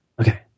Okay